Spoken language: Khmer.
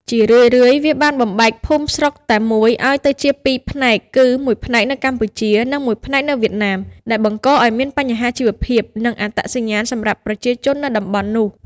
ជារឿយៗ វាបានបំបែកភូមិស្រុកតែមួយឱ្យទៅជាពីរផ្នែក គឺមួយផ្នែកនៅកម្ពុជា និងមួយផ្នែកនៅវៀតណាម ដែលបង្កឱ្យមានបញ្ហាជីវភាព និងអត្តសញ្ញាណសម្រាប់ប្រជាជននៅតំបន់នោះ។